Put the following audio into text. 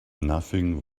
nothing